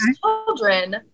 children